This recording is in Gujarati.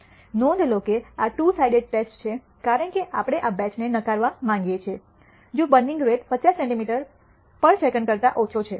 નોંધ લો કે આ ટૂ સાઇડેડ ટેસ્ટ છે કારણ કે આપણે આ બૈચ ને નકરવા માંગીયે છે જો burning rate 50 centimetre per second કરતા ઓછો છે